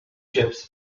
chips